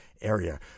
area